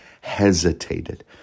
hesitated